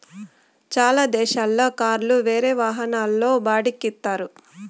చాలా దేశాల్లో కార్లు వేరే వాహనాల్లో బాడిక్కి ఇత్తారు